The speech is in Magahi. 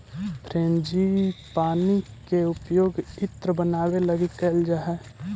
फ्रेंजीपानी के उपयोग इत्र बनावे लगी कैइल जा हई